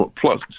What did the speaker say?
plus